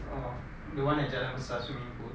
oh the one at jalan besar swimming pool